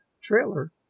trailer